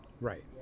Right